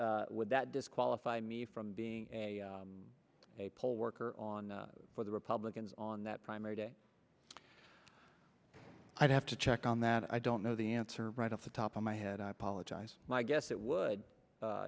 would that disqualify me from being a poll worker on for the republicans on that primary day i'd have to check on that i don't know the answer right off the top of my head i apologize my guess it would